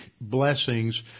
blessings